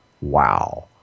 Wow